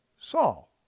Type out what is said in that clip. Saul